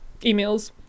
emails